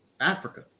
Africa